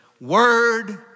word